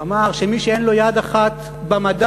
אמר שמי שאין לו יד אחת במדע,